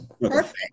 Perfect